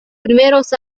primeros